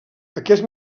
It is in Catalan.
aquest